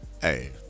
Hey